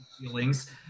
feelings